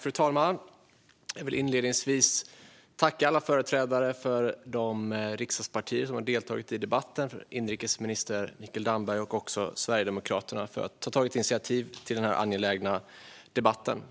Fru talman! Jag vill inledningsvis tacka alla företrädare för de riksdagspartier som har deltagit i debatten, inrikesminister Mikael Damberg och också Sverigedemokraterna, som har tagit initiativ till den här angelägna debatten.